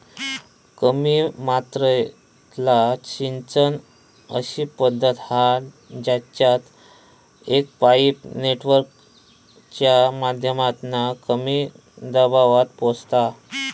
कमी मात्रेतला सिंचन अशी पद्धत हा जेच्यात एक पाईप नेटवर्कच्या माध्यमातना कमी दबावात पोचता